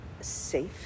safe